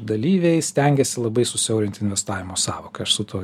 dalyviai stengėsi labai susiaurinti investavimo sąvoką aš su tuo